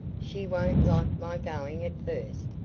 she won't like my going at first,